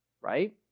right